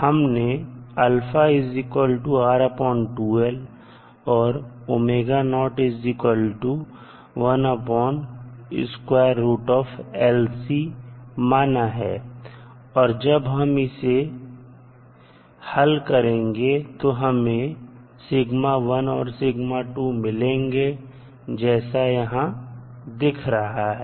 हमने αऔर माना है और जब हम इसे हल करेंगे तो हमें और मिलेंगे जैसा यहां दिख रहा है